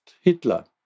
Hitler